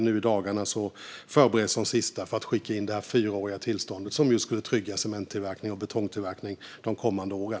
Nu i dagarna förbereds det sista för att skicka in ansökan om det fyraåriga tillståndet, som skulle trygga cementtillverkningen och betongtillverkningen de kommande åren.